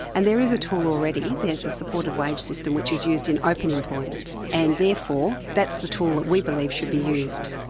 and there is a tool already. there's a supported wage system which is used in open employment, and therefore that's the tool that we believe should be used.